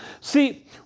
See